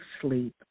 sleep